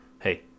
hey